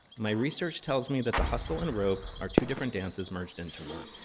my research tells me that the hustle and rope are two different dances merged into one,